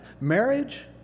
Marriage